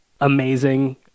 amazing